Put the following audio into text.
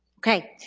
okay,